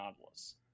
Nautilus